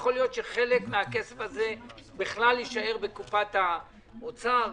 יכול להיות שחלק מסכום זה יישאר בקופת האוצר.